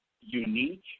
unique